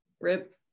RIP